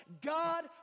God